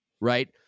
right